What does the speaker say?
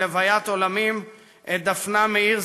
למנוחת עולמים את דפנה מאיר,